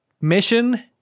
mission